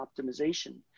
optimization